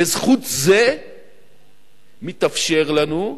בזכות זה מתאפשר לנו,